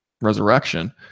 resurrection